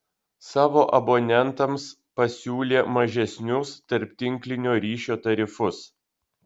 savo abonentams pasiūlė mažesnius tarptinklinio ryšio tarifus